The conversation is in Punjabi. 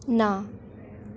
ਨਾ